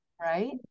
right